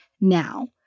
now